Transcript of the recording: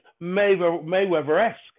Mayweather-esque